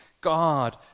God